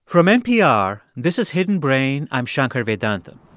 from npr, this is hidden brain. i'm shankar vedantam